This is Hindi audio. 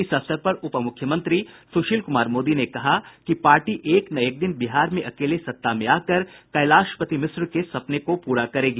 इस अवसर पर उपमुख्यमंत्री सुशील कुमार मोदी ने कहा है कि पार्टी एक न एक दिन बिहार में अकेले सत्ता में आकर कैलाशपति मिश्र के सपने को पूरा करेगी